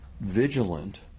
vigilant